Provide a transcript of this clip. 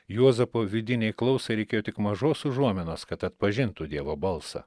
juozapo vidinei klausai reikėjo tik mažos užuominos kad atpažintų dievo balsą